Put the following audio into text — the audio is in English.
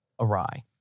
awry